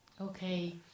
Okay